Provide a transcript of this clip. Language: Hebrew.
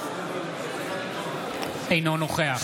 אינו נוכח